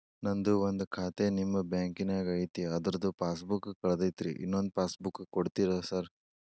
ನಂದು ಒಂದು ಖಾತೆ ನಿಮ್ಮ ಬ್ಯಾಂಕಿನಾಗ್ ಐತಿ ಅದ್ರದು ಪಾಸ್ ಬುಕ್ ಕಳೆದೈತ್ರಿ ಇನ್ನೊಂದ್ ಪಾಸ್ ಬುಕ್ ಕೂಡ್ತೇರಾ ಸರ್?